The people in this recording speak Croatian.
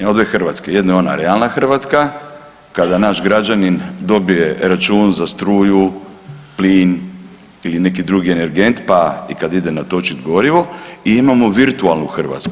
Imamo dvije Hrvatske, jedna je ona realna Hrvatska kada naš građanin dobije račun za struju, plin ili neki drugi energent pa i kad ide natočit gorivo i imamo virtualnu Hrvatsku.